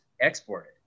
exported